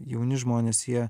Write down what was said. jauni žmonės jie